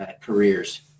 careers